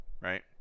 right